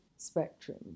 spectrum